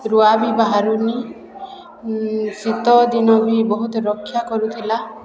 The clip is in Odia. ରୁଆ ବି ବାହାରୁନି ଶୀତ ଦିନ ବି ବହୁତ ରକ୍ଷା କରୁଥିଲା